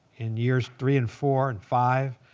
in years three and four and five.